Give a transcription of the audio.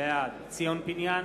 בעד ציון פיניאן,